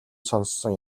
сонссон